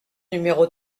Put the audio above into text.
numéro